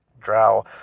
drow